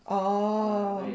orh